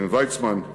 עם ויצמן,